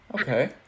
Okay